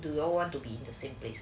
do you want to be the simply